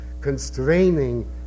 constraining